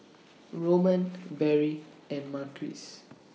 Roman Berry and Marquise